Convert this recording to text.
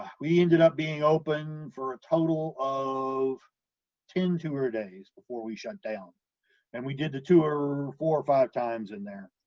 we ended up being open for a total of ten tour days before we shut down and we did the tour four or five times in there,